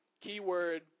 keyword